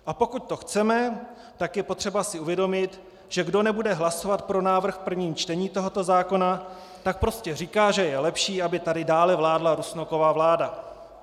A pokud to chceme, tak je potřeba si uvědomit, že kdo nebude hlasovat pro návrh v prvním čtení tohoto zákona, tak prostě říká, že je lepší, aby tady dále vládla Rusnokova vláda.